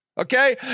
Okay